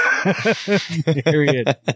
Period